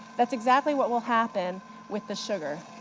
that's exactly what will happen with the sugar.